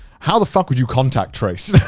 how the fuck would you contact trace?